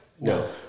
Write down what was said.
No